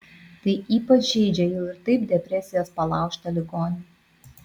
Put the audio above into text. tai ypač žeidžia jau ir taip depresijos palaužtą ligonį